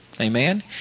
Amen